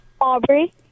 Aubrey